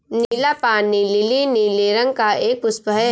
नीला पानी लीली नीले रंग का एक पुष्प है